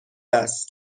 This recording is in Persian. است